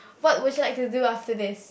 what would you like to view after this